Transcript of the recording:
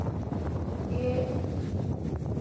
के